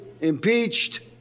impeached